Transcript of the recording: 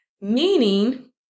Meaning